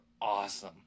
awesome